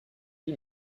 lui